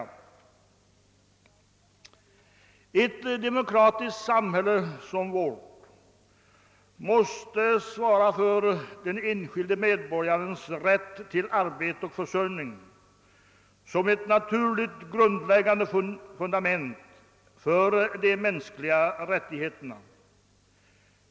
I ett demokratiskt samhälle som vårt framstår den enskilde medborgarens rätt till arbete och försörjning som en grundlägggande mänsklig rättighet.